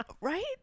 Right